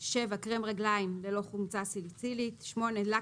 (7)קרם רגליים ללא חומצה סליצילית; (8)לק